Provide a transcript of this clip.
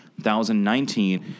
2019